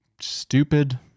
stupid